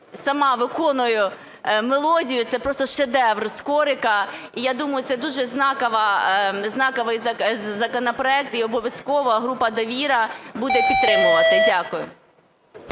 сама виконую мелодію, це просто шедевр, Скорика. І я думаю, це дуже знаковий законопроект, і обов'язково група "Довіра" буде підтримувати. Дякую.